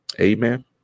amen